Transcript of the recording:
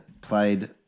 played